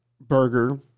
burger